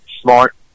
smart